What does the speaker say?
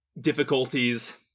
difficulties